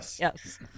Yes